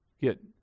get